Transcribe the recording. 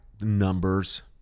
numbers